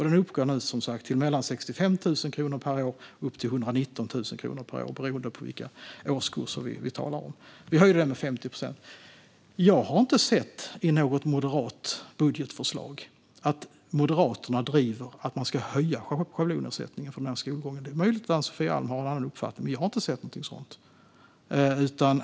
Den uppgår nu, som sagt, till mellan 65 000 kronor och 119 000 kronor per år beroende på vilka årskurser vi talar om. Vi höjde den med 50 procent. Jag har inte sett att Moderaterna i något budgetförslag driver att man ska höja schablonersättningen för den här skolgången. Det är möjligt att Ann-Sofie Alm har en annan uppfattning, men jag har inte sett någonting sådant.